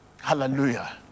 Hallelujah